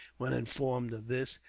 when informed of this.